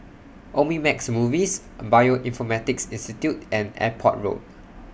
Omnimax Movies Bioinformatics Institute and Airport Road